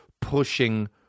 pushing